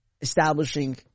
establishing